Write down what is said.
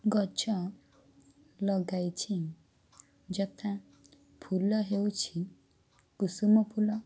ଗଛ ଲଗାଇଛି ଯଥା ଫୁଲ ହେଉଛି କୁସୁମ ଫୁଲ